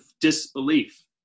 disbelief